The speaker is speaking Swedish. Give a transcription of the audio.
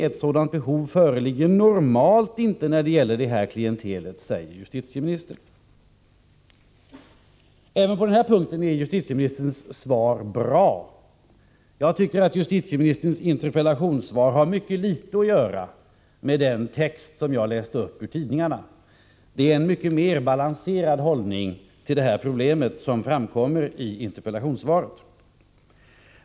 Ett sådant behov föreligger normalt inte när det gäller det här klientelet, säger justitieministern. Även på den här punkten är justitieministerns svar bra. Jag tycker att justitieministerns interpellationssvar har mycket litet att göra med de texter som jag läste upp ur tidningarna — det är en mycket mera balanserad inställning till problemet som framkommer i interpellationssvaret.